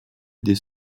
des